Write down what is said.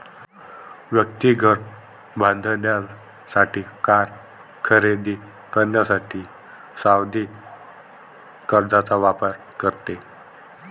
व्यक्ती घर बांधण्यासाठी, कार खरेदी करण्यासाठी सावधि कर्जचा वापर करते